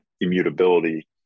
immutability